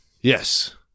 Yes